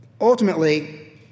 ultimately